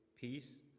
peace